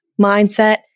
mindset